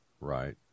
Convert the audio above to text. Right